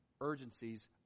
urgencies